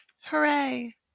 Hooray